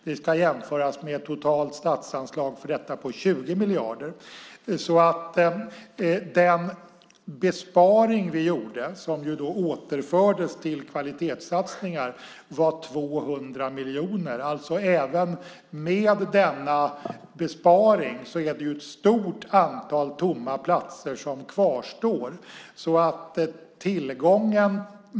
Det ska jämföras med ett totalt statsanslag för detta på 20 miljarder. Den besparing vi gjorde, som återfördes till kvalitetssatsningar, var 200 miljoner. Även med denna besparing kvarstår ett stort antal tomma platser.